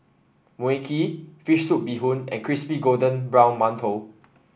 Mui Kee fish soup Bee Hoon and Crispy Golden Brown Mantou